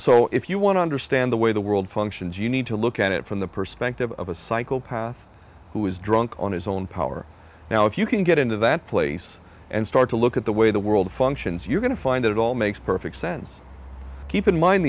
so if you want to understand the way the world functions you need to look at it from the perspective of a psychopath who is drunk on his own power now if you can get into that place and start to look at the way the world functions you're going to find that it all makes perfect sense keep in mind